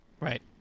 right